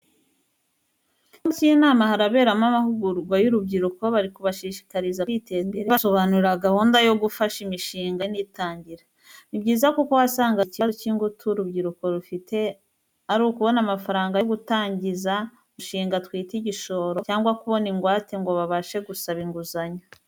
Mu cyumba cy'inama haraberamo amahugurwa y'urubyiruko, bari kubashishikariza kwiteza imbere babasobanurira gahunda yo gufasha imishinga y'abajene igitangira. Ni byiza kuko wasangaga ikibazo cy'ingutu urubyiruko rufite ari ukubona amafaranga yo gutangiza umushinga twita igishoro cyangwa kubona ingwate ngo babashe gusaba inguzanyo.